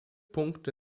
punkte